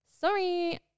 sorry